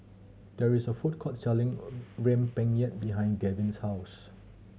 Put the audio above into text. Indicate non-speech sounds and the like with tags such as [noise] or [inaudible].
there is a food court selling [noise] rempeyek behind Gavyn's house